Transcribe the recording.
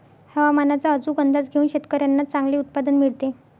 हवामानाचा अचूक अंदाज घेऊन शेतकाऱ्यांना चांगले उत्पादन मिळते